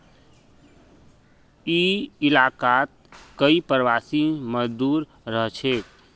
ई इलाकात कई प्रवासी मजदूर रहछेक